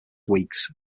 weeks